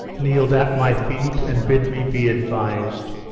kneel'd at my feet, and bid me be advis'd?